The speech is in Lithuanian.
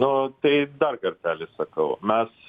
nu tai dar kartelį sakau mes